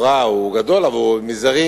השאלה שרציתי לשאול, נוסף על כל מה שענית לי,